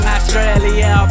Australia